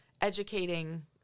educating